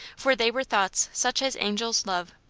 for they were thoughts such as angels love.